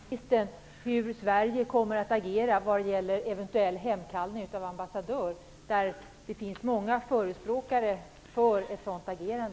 Fru talman! Jag är inte förhandsanmäld, men jag har en fråga att ställa till statsministern. Hur kommer Sverige att agera vad gäller en eventuell hemkallning av ambassadör? Det finns i vårt land många förespråkare för ett sådant agerande.